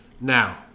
Now